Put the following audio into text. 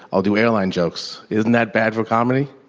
i'll do airline jokes. isn't that bad for comedy?